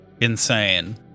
insane